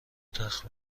تخت